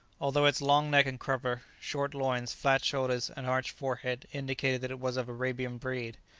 although its long neck and crupper, short loins, flat shoulders and arched forehead indicated that it was of arabian breed.